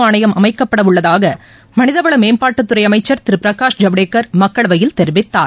ஆணையம் அமைக்கப்படஉள்ளதாகமனிதவளமேம்பாட்டுத் துறைஅமைச்சர் திருபிரகாஷ் ஜவ்டேகர் மக்களவையில் தெரிவித்தார்